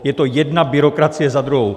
Je to jedna byrokracie za druhou.